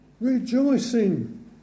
rejoicing